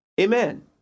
Amen